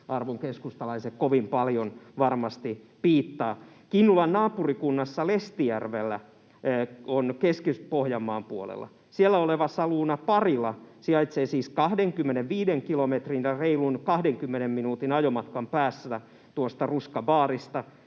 arvon keskustalaiset, kovin paljon varmasti piittaa. Kinnulan naapurikunnassa Lestijärvellä, Keski-Pohjanmaan puolella, oleva Saluuna Parila sijaitsee siis 25 kilometrin, reilun 20 minuutin ajomatkan, päässä tuosta Ruska Barista.